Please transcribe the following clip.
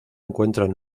encuentran